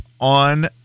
on